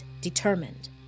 determined